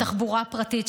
תחבורה פרטית.